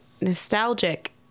nostalgic